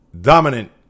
dominant